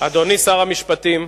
תתנהגו כמוהו.